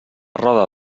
roda